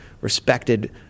respected